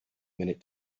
minute